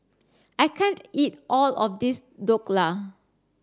I can't eat all of this Dhokla